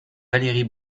valérie